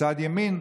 בצד ימין,